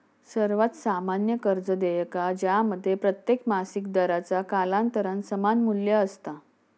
सर्वात सामान्य कर्ज देयका ज्यामध्ये प्रत्येक मासिक दराचा कालांतरान समान मू्ल्य असता